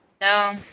No